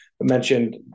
mentioned